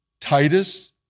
Titus